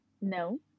no